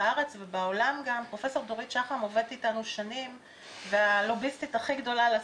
בן אדם היום שמאובחן עם